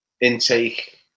intake